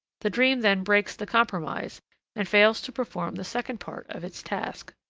the dream then breaks the compromise and fails to perform the second part of its task.